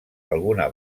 alguna